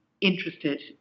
interested